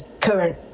current